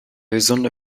gesunde